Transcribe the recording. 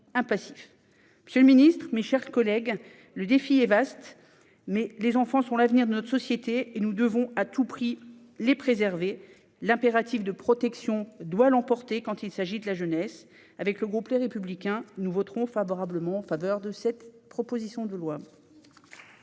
Monsieur le garde des sceaux, mes chers collègues, le défi est vaste, mais les enfants sont l'avenir de notre société et nous devons à tout prix les préserver ! L'impératif de protection doit l'emporter quand il s'agit de la jeunesse. Le groupe Les Républicains votera en faveur de cette proposition de loi.